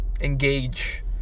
engage